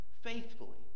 Faithfully